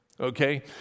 okay